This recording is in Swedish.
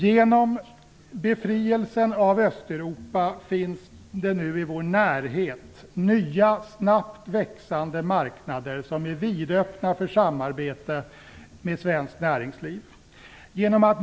Genom befrielsen av Östeuropa finns det nu i vår närhet nya snabbt växande marknader som är vidöppna för samarbete med svenskt näringsliv.